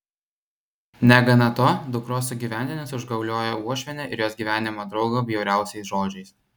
negana to dukros sugyventinis užgaulioja uošvienę ir jos gyvenimo draugą bjauriausiais žodžiais